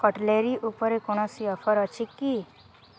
cutlery ଉପରେ କୌଣସି offer ଅଛି କି